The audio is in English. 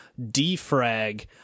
defrag